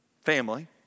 family